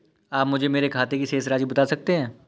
आप मुझे मेरे खाते की शेष राशि बता सकते हैं?